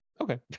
Okay